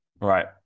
right